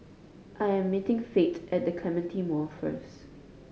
I am meeting Fate at The Clementi Mall first